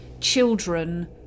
children